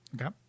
Okay